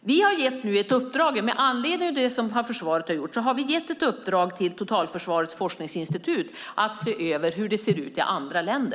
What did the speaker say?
Med anledning av det försvaret har gjort har vi gett ett uppdrag till Totalförsvarets forskningsinstitut att se över hur det ser ut i andra länder.